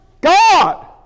God